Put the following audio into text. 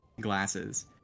glasses